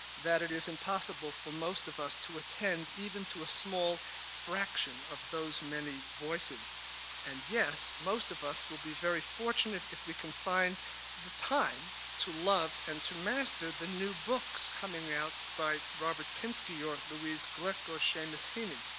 that it is impossible for most of us to attend even to a small fraction of those many voices and, yes, most of us will be very fortunate if we can find the time to love and to master the new books coming out by robert pinsky or louise gluck, or seamus heaney.